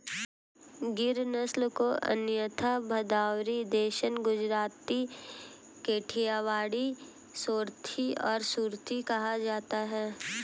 गिर नस्ल को अन्यथा भदावरी, देसन, गुजराती, काठियावाड़ी, सोरथी और सुरती कहा जाता है